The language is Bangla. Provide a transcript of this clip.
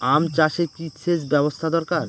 আম চাষে কি সেচ ব্যবস্থা দরকার?